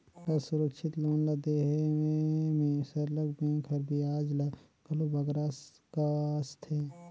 असुरक्छित लोन ल देहे में सरलग बेंक हर बियाज ल घलो बगरा कसथे